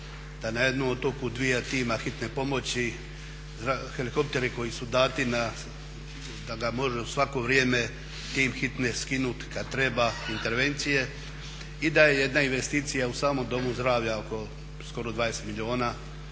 da na jednom otoku dva tima hitne pomoći, helikopteri koji su dati da ga možemo u svako vrijeme tim hitne skinuti kad treba intervencije i da je jedna investicija u samom domu zdravlja oko skoro 20 milijuna,